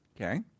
Okay